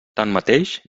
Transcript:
tanmateix